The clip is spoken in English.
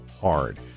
hard